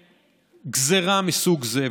בגזרה מסוג זה.